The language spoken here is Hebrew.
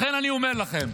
לכן אני אומר לכם,